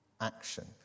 action